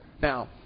Now